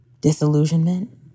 disillusionment